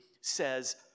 says